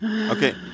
Okay